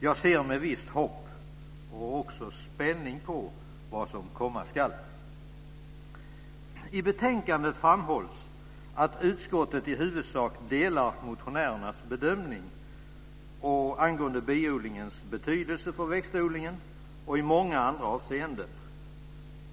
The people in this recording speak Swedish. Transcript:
Jag ser med visst hopp och spänning på vad som komma skall. I betänkandet framhålls att utskottet i huvudsak delar motionärernas bedömning angående biodlingens betydelse för växtodlingen och i många andra avseenden.